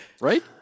Right